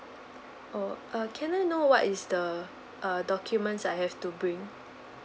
oh uh can I know what is the err documents I have to bring